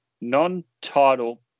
non-title